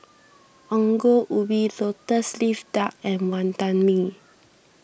Ongol Ubi Lotus Leaf Duck and Wantan Mee